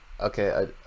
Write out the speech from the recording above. Okay